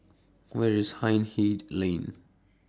Where IS Hindhede Lane